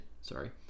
sorry